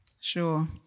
Sure